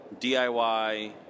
DIY